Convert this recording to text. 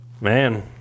man